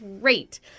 great